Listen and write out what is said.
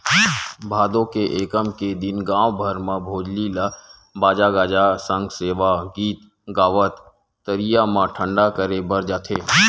भादो के एकम के दिन गाँव भर म भोजली ल बाजा गाजा सग सेवा गीत गावत तरिया म ठंडा करे बर जाथे